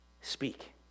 Speak